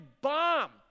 bomb